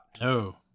No